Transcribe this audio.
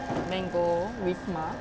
mango wisma